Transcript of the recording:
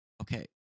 Okay